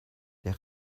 der